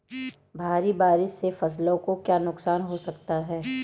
भारी बारिश से फसलों को क्या नुकसान हो सकता है?